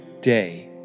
day